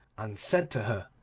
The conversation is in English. and said to her,